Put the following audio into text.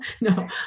no